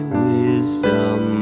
wisdom